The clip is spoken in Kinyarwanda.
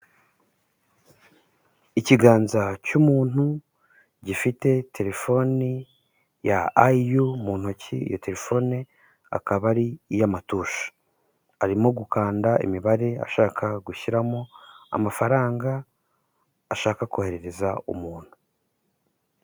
Ikiganza cy'umuntu, gifite telefoni ya IYOU mu ntoki, iyo telefone akaba ari iy'amatushe, arimo gukanda imibare ashaka gushyiramo amafaranga, ashaka koherereza umuntu.